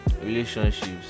relationships